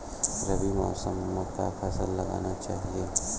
रबी मौसम म का फसल लगाना चहिए?